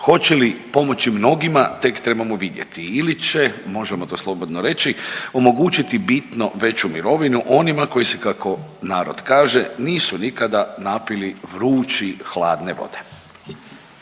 hoće li pomoći mnogima tek trebamo vidjeti ili će, možemo to slobodno reći, omogućiti bitno veću mirovinu onima koji se kako narod kaže nisu nikada napili vrući hladne vode.